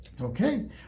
Okay